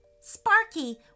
Sparky